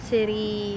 City